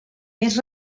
més